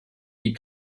die